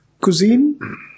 cuisine